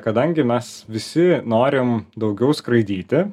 kadangi mes visi norim daugiau skraidyti